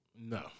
No